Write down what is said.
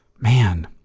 Man